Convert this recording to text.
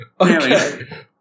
Okay